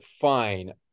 fine